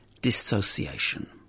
Dissociation